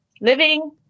living